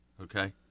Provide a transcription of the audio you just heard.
okay